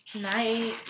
Night